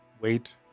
wait